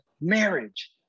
marriage